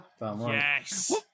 Yes